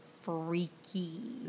freaky